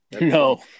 No